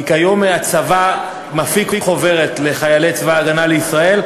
כי היום הצבא מפיק חוברת לחיילי צבא הגנה לישראל,